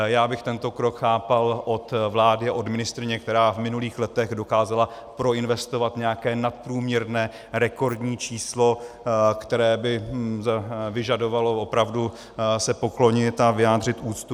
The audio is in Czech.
Já bych tento krok chápal od vlády a od ministryně, která v minulých letech dokázala proinvestovat nějaké nadprůměrné, rekordní číslo, které by vyžadovalo opravdu se poklonit a vyjádřit úctu.